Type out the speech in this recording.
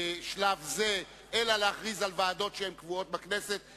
בשלב זה, אלא להכריז על ועדות שהן קבועות בכנסת.